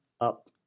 up